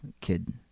kid